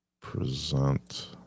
present